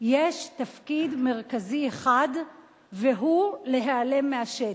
יש תפקיד מרכזי אחד והוא להיעלם מהשטח.